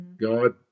God